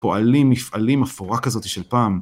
פועלים מפעלים אפורה כזאת של פעם.